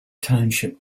township